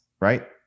right